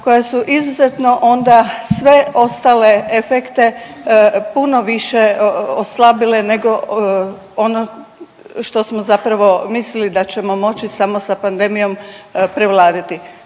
koja su izuzetno onda sve ostale efekte puno više oslabile nego ono što smo zapravo mislili da ćemo moći samo sa pandemijom prevladati.